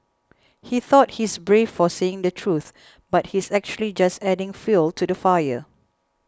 he thought he's brave for saying the truth but he's actually just adding fuel to the fire